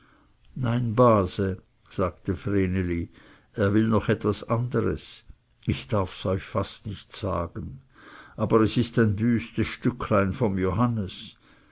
nein base sagte vreneli er will noch etwas anderes ich darfs euch fast nicht sagen aber es ist ein wüstes stücklein vom johannes